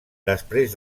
després